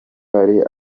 hari